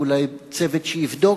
ואולי צוות שיבדוק.